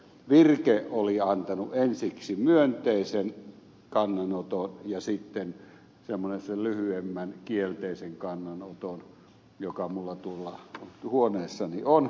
virke oli antanut ensiksi myönteisen kannanoton ja sitten semmoisen lyhyemmän kielteisen kannanoton joka minulla tuolla huoneessani on